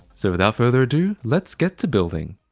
so without further ado, let's get to building!